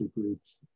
groups